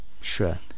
Sure